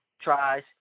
tries